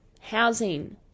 housing